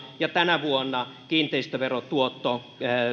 ja tänä vuonna kiinteistöverotuotto